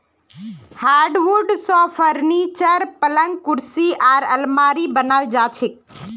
hardwood स furniture, पलंग कुर्सी आर आलमारी बनाल जा छेक